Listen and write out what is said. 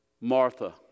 Martha